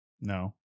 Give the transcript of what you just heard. no